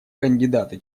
кандидаты